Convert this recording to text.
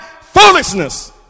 Foolishness